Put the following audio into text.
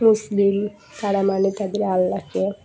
মুসলিম তারা মানে তাদের আল্লাকে